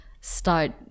start